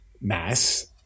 Mass